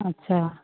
अच्छा